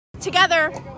together